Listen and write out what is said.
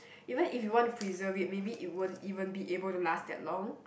even if you want to preserve it maybe it won't even be able to last that long